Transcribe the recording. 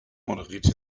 moderierte